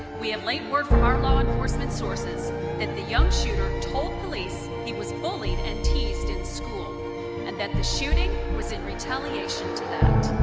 we have late word from our law enforcement sources that the young shooter told police he was bullied and teased in school and that the shooting was in retaliation to that.